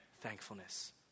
thankfulness